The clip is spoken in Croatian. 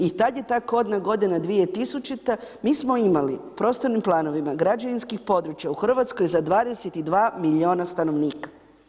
I tada je ta kodna godina 2000.-ta, mi smo imali prostornim planovima, građevinskih područja u Hrvatskoj za 22 milijuna stanovnika.